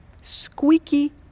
squeaky